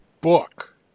Book